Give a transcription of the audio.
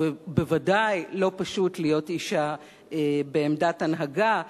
ובוודאי לא פשוט להיות אשה בעמדת הנהגה,